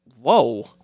whoa